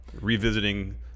revisiting